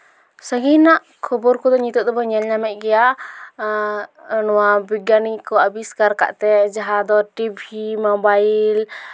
ᱥᱟᱺᱜᱤᱧ ᱨᱮᱱᱟᱜ ᱠᱷᱚᱵᱚᱨ ᱠᱚᱫᱚ ᱱᱤᱛᱚᱜ ᱫᱚᱵᱚᱱ ᱧᱮᱞ ᱧᱟᱢᱮᱜ ᱜᱮᱭᱟ ᱱᱚᱣᱟ ᱵᱤᱜᱽᱜᱟᱱᱤ ᱠᱚ ᱟᱵᱤᱥᱠᱟᱨᱠᱟᱜ ᱛᱮ ᱡᱟᱦᱟᱸ ᱫᱚ ᱴᱤᱵᱷᱤ ᱢᱳᱵᱟᱭᱤᱞ